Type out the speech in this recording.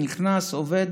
נכנס, עובד,